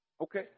Okay